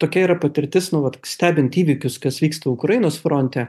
tokia yra patirtis nuolat stebint įvykius kas vyksta ukrainos fronte